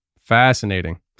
Fascinating